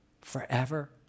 forever